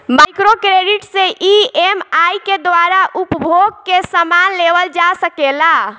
micro credit से EMI के द्वारा उपभोग के समान लेवल जा सकेला